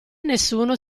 nessuno